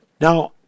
Now